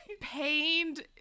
pained